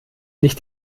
nicht